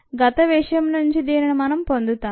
గత విషయం నుంచి దీనిని మనం పొందుతాము